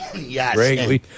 Yes